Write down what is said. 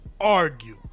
argue